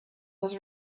was